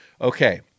okay